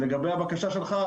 לגבי הבקשה שלך,